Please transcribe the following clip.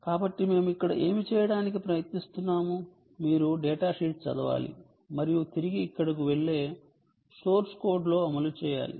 కాబట్టి మేము ఇక్కడ ఏమి చేయటానికి ప్రయత్నిస్తున్నాము మీరు డేటాషీట్ చదవాలి మరియు తిరిగి ఇక్కడకు వెళ్ళే సోర్స్ కోడ్లో అమలు చేయాలి